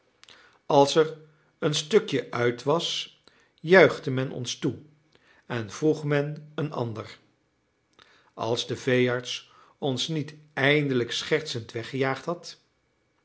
als er een stukje uit was juichte men ons toe en vroeg men een ander als de veearts ons niet eindelijk schertsend weggejaagd had